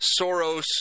Soros